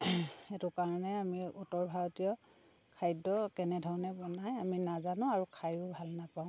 সেইটো কাৰণে আমি উত্তৰ ভাৰতীয় খাদ্য কেনেধৰণে বনায় আমি নাজানো আৰু খায়ো ভাল নাপাওঁ